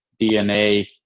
DNA